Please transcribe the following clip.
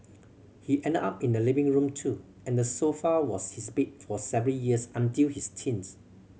he ended up in the living room too and the sofa was his bed for several years until his teens